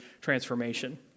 transformation